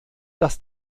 dass